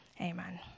Amen